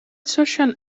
social